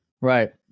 Right